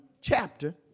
chapter